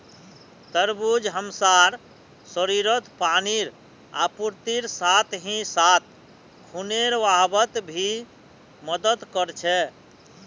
तरबूज हमसार शरीरत पानीर आपूर्तिर साथ ही साथ खूनेर बहावत भी मदद कर छे